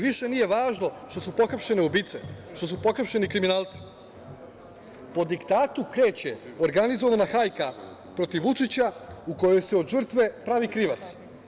Više nije važno šta su pohapšene ubice, što su pohapšeni kriminalci, po diktatu kreće organizovana hajka protiv Vučića, u kojoj se od žrtve pravi krivac.